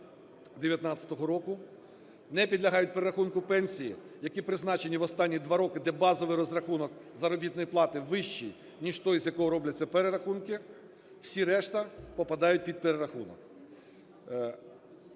2019 року. Не підлягають перерахунку пенсії, які призначені в останні два роки, де базовий розрахунок заробітної плати вищий, ніж той, з якого робляться перерахунки. Всі решта попадають під перерахунок.